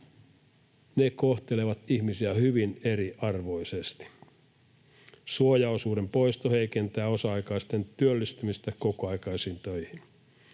ne kohtelevat ihmisiä hyvin eriarvoisesti. Suojaosuuden poisto heikentää osa-aikaisten työllistymistä kokoaikaisiin töihin,